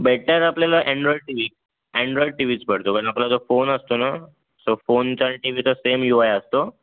better आपल्याला android T V android T वीच पडतो कारण आपला जो फोन असतो ना तो फोनचा आणि टी वीचा सेम यू आय असतो